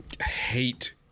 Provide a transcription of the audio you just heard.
hate